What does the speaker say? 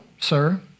sir